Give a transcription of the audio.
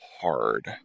hard